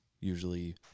usually